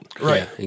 Right